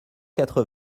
quatre